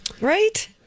Right